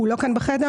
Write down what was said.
הוא לא כאן בחדר.